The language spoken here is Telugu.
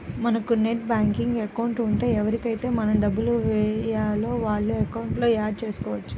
మనకు నెట్ బ్యాంకింగ్ అకౌంట్ ఉంటే ఎవరికైతే మనం డబ్బులు వేయాలో వాళ్ళ అకౌంట్లను యాడ్ చేసుకోవచ్చు